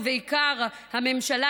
ובעיקר הממשלה,